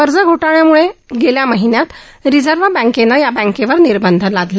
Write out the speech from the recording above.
कर्ज घोटाळ्यामुळे गेल्या महिन्यात रिझर्व्ह बँकेनं या बँकेवर निर्बंध लादले